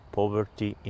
poverty